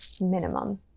minimum